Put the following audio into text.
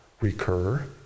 recur